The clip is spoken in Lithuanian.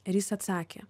ir jis atsakė